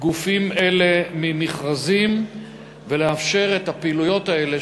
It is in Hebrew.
גופים אלה ממכרזים ולאפשר את הפעילויות האלה,